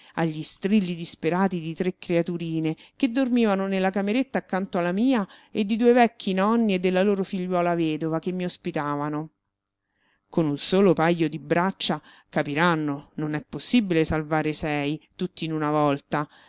agli strilli disperati di tre creaturine che dormivano nella cameretta accanto alla mia e di due vecchi nonni e della loro figliuola vedova che mi ospitavano con un solo pajo di braccia capiranno non è possibile salvare sei tutti in una volta